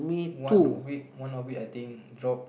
one with one not with I think drop